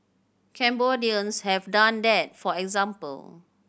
Cambodians have done that for example